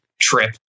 trip